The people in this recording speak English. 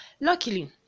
luckily